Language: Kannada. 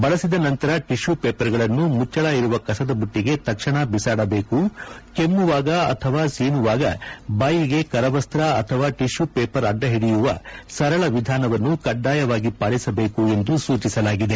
ಬಳಸಿದ ನಂತರ ಟಿಶ್ಯೂ ಪೇಪರ್ಗಳನ್ನು ಮುಚ್ಚಳ ಇರುವ ಕಸದ ಬುಟ್ಟಿಗೆ ತಕ್ಷಣ ಬಿಸಾಡಬೇಕು ಕೆಮ್ಮುವಾಗ ಅಥವಾ ಸೀನುವಾಗ ಬಾಯಿಗೆ ಕರವಸ್ತ್ರ ಅಥವಾ ಟಿಶ್ಯೂ ಪೇಪರ್ ಅಡ್ಡ ಹಿಡಿಯುವ ಸರಳ ವಿಧಾನವನ್ನು ಕಡ್ಡಾಯವಾಗಿ ಪಾಲಿಸಬೇಕು ಎಂದು ಸೂಚಿಸಲಾಗಿದೆ